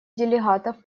делегатов